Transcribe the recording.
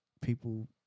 people